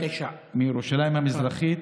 מירושלים המזרחית,